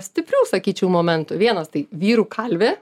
stiprių sakyčiau momentų vienas tai vyrų kalvė